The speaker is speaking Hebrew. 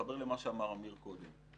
ולהתחבר למה שאמר עמיר קודם.